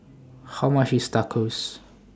How much IS Tacos